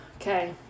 Okay